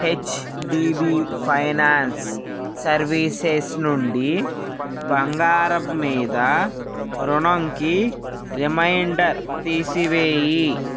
HDB finance services నుండి బంగారం మీద రుణంకి రిమైండర్ తీసి వేయి